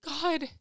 God